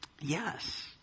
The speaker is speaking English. Yes